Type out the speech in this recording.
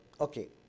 okay